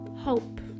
hope